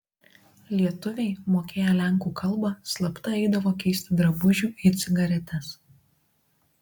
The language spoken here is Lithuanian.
lietuviai mokėję lenkų kalbą slapta eidavo keisti drabužių į cigaretes